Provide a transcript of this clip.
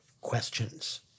questions